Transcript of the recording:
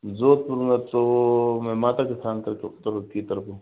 जोधपुर में तो मैं माता के स्थान के उत्तर की तरफ हूँ